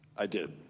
i did.